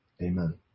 Amen